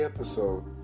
episode